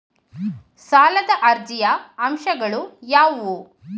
ಸಾಲದ ಅರ್ಜಿಯ ಅಂಶಗಳು ಯಾವುವು?